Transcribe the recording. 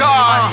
God